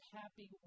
happy